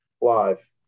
live